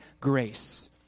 grace